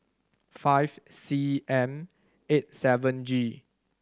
five C M eight seven G